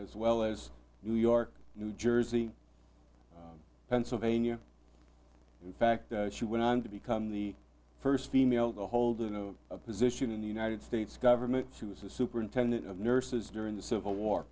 as well as new york new jersey pennsylvania in fact she went on to become the first female to hold in a position in the united states government she was a superintendent of nurses during the civil war